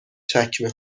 چکمه